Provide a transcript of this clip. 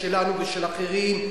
שלנו ושל אחרים,